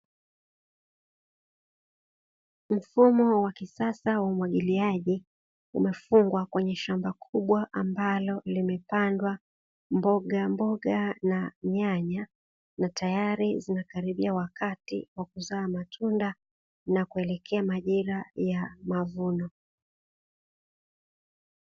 Mfumo wa kisasa wa umwagiliaji, umefungwa kwenye shamba kubwa ambalo limepandwa mbogamboga na nyanya, na tayari zinakaribia wakati wa kuzaa matunda na kueleka majira ya mavuno.